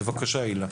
בבקשה, הילה.